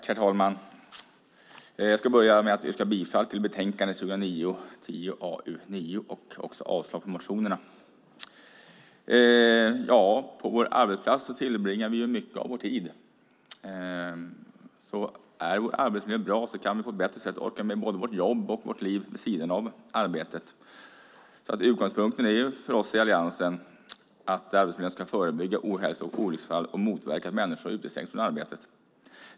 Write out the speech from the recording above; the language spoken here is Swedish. Herr talman! Jag ska börja med att yrka bifall till betänkande 2009/10:AU9 och avslag på motionerna. På vår arbetsplats tillbringar vi ju mycket av vår tid. Är vår arbetsmiljö bra kan vi på ett bättre sätt orka med både vårt jobb och vårt liv vid sidan av arbetet. Utgångspunkten för oss i Alliansen är att arbetsgivaren ska förebygga ohälsa och olycksfall och motverka att människor utestängs från arbetet.